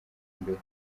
imbere